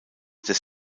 des